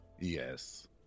Yes